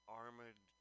armored